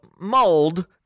mold